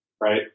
right